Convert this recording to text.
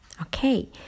okay